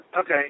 Okay